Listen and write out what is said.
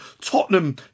Tottenham